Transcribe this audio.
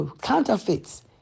counterfeits